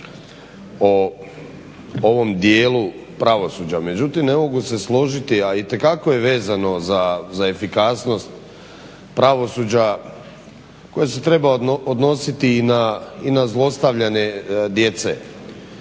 o ovom dijelu pravosuđa. Međutim, ne mogu se složiti, a itekako je vezano za efikasnost pravosuđa koje se treba odnositi i na zlostavljanje djece.